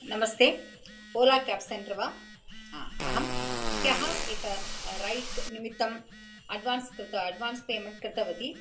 नमस्ते Ola cab centre वा हा अहं ह्यः एकं रैड् निमित्तम् अड्वान्स् कृतम् अड्वान्स् पेमेण्ट् कृतवती